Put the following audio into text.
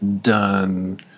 done